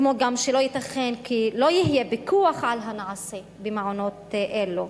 כמו גם שלא ייתכן כי לא יהיה פיקוח על הנעשה במעונות אלו,